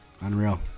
Unreal